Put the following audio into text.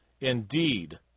Indeed